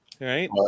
Right